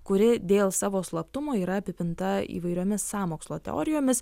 kuri dėl savo slaptumo yra apipinta įvairiomis sąmokslo teorijomis